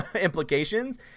implications